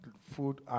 food